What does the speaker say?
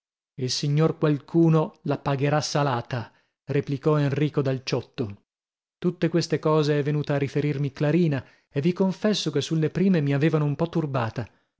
il signor qualcuno la pagherà salata replicò enrico dal ciotto tutte queste cose è venuta a riferirmi clarina e vi confesso che sulle prime mi avevano un po turbata